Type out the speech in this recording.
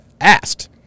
asked